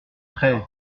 prêt